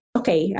okay